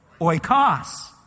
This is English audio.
oikos